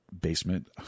basement